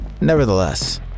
Nevertheless